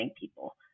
people